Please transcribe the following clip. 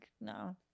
no